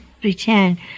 pretend